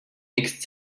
mixt